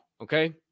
Okay